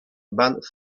band